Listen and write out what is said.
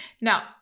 Now